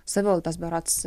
savivaldos berods